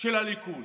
של הליכוד.